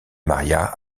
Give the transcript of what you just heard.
maria